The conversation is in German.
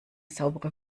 saubere